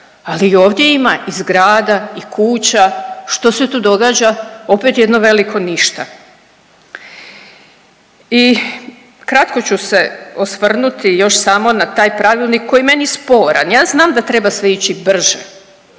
i ovdje ima i zgrada i kuća. Što se tu događa? Opet jedno veliko ništa. I kratko ću se osvrnuti još samo na taj pravilnik koji je meni sporan, ja znam da treba sve ići brže,